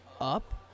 up